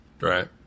Right